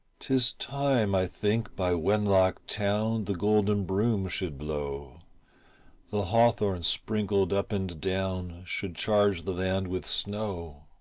tis time, i think by wenlock town the golden broom should blow the hawthorn sprinkled up and down should charge the land with snow.